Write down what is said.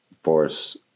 force